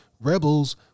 rebels